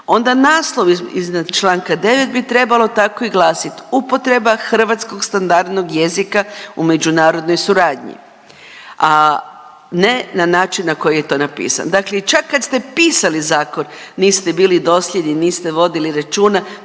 onda naslov iznad Članka 9. bi trebalo tako i glasiti, upotreba hrvatskog standardnog jezika u međunarodnoj suradnji, a ne na način na koji je to napisan. Dakle, i čak kad ste pisali zakon niste bili dosljedni, niste vodili računa